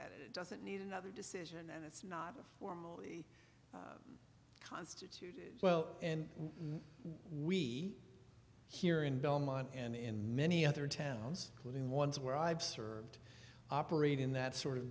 that it doesn't need another decision and it's not formally constituted well and we here in belmont and in many other towns living ones where i've served operate in that sort of